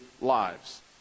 lives